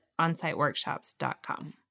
onsiteworkshops.com